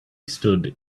stood